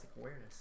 awareness